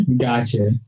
Gotcha